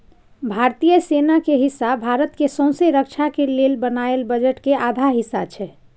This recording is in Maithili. भारतीय सेना के हिस्सा भारत के सौँसे रक्षा के लेल बनायल बजट के आधा हिस्सा छै